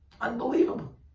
Unbelievable